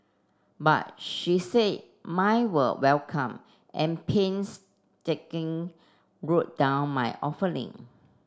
but she said mine were welcome and painstaking wrote down my offering